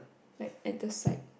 like at the side